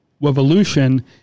revolution